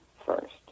First